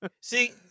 See